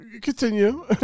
continue